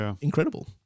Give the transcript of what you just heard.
incredible